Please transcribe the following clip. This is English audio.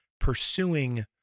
pursuing